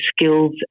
skills